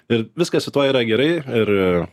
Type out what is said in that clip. ir viskas su tuo yra gerai ir